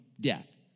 death